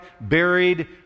buried